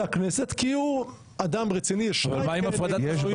הכנסת כי הוא אדם רציני --- אבל מה עם הפרדת רשויות?